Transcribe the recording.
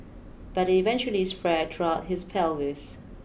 but it eventually spread throughout his pelvis